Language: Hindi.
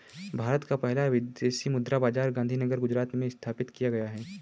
भारत का पहला विदेशी मुद्रा बाजार गांधीनगर गुजरात में स्थापित किया गया है